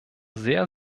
sehr